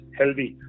healthy